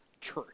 church